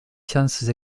sciences